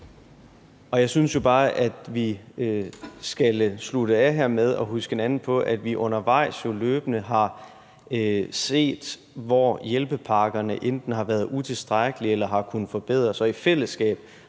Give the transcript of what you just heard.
Jeg synes jo bare, at vi her skal slutte af med at huske hinanden på, at vi undervejs løbende har set, hvor hjælpepakkerne enten har været utilstrækkelige eller har kunnet forbedres, og vi har i fællesskab